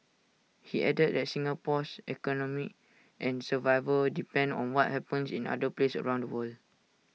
he added that Singapore's economy and survival depend on what happens in other places around the world